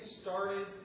started